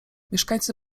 mieszkańcy